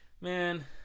Man